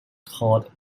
called